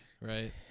right